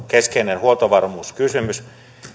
keskeinen huoltovarmuuskysymys